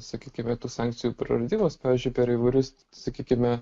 sakykime tų sankcijų praradimus pavyzdžiui per įvairius sakykime